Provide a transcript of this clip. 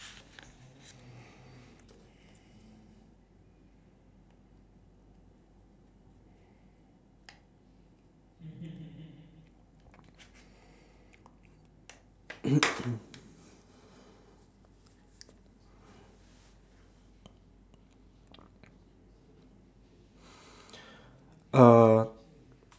uh